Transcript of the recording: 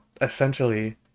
essentially